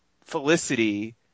Felicity